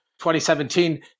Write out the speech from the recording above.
2017